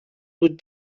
بود